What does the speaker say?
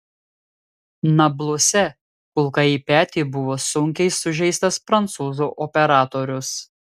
nabluse kulka į petį buvo sunkiai sužeistas prancūzų operatorius